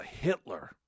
Hitler